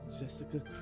Jessica